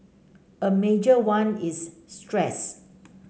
a major one is stress